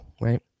right